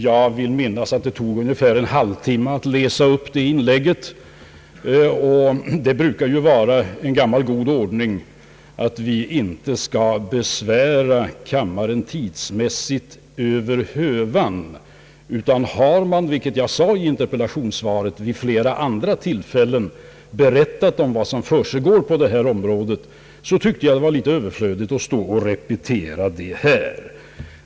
Jag vill minnas att det tog ungefär en halv timme att läsa upp det inlägget. Det brukar vara en gammal god ordning att vi inte skall besvära kammaren tidsmässigt över hövan, utan har man — vilket jag sade i interpellationssvaret — vid flera andra tillfällen berättat om vad som försiggår på detta område, så tycker jag att det är överflödigt att stå och repetera det här.